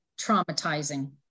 traumatizing